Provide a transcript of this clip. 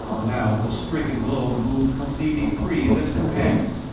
now the stricken globe moved completely free of its companion.